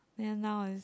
then now is